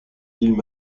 îles